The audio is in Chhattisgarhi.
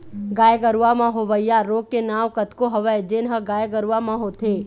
गाय गरूवा म होवइया रोग के नांव कतको हवय जेन ह गाय गरुवा म होथे